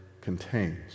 contains